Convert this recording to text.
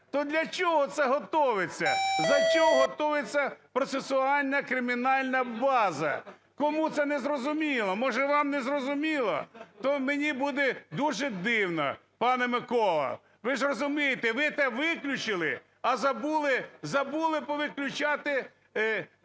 То для чого це готовиться, для чого готується процесуальна кримінальна база? Кому це незрозуміло? Може, вам незрозуміло? То мені буде дуже дивно, пане Миколо. Ви ж розумієте, ви те виключили, а забули, забули повиключати